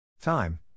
Time